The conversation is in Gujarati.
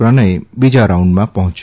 પ્રણય બીજા રાઉન્ડમાં પહોંચ્યા